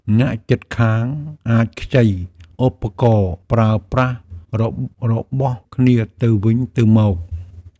អ្នកជិតខាងអាចខ្ចីឧបករណ៍ប្រើប្រាស់របស់គ្នាទៅវិញទៅមក។